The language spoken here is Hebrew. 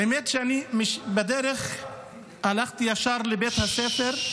האמת היא שאני הלכתי ישר לבית הספר,